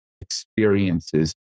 experiences